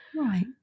Right